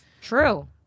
True